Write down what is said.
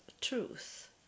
truth